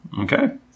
okay